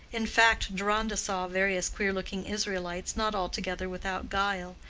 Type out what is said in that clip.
in fact, deronda saw various queer-looking israelites not altogether without guile,